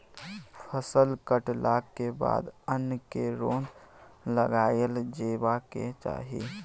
फसल कटलाक बाद अन्न केँ रौद लगाएल जेबाक चाही